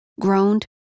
groaned